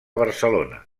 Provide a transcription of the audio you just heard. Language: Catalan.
barcelona